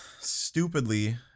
stupidly